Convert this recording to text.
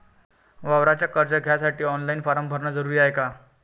वावराच कर्ज घ्यासाठी ऑनलाईन फारम भरन जरुरीच हाय का?